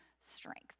strength